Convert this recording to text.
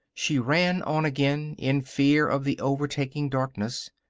she ran on again, in fear of the overtaking darkness.